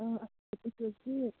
اَصٕل پٲٹھۍ تُہۍ چھُو حظ ٹھیٖک